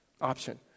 option